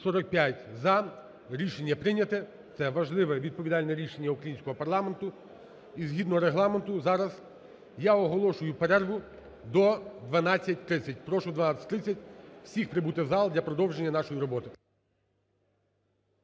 За-245 Рішення прийняте. Це важливе відповідальне рішення українського парламенту. І згідно Регламенту зараз я оголошую перерву до 12:30. Прошу о 12:30 всіх прибути в зал для продовження нашої роботи.